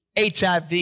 HIV